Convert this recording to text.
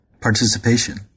participation